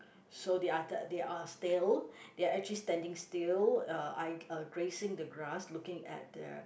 so the other they are still they are actually standing still uh I uh grazing the grass looking at the